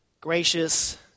Gracious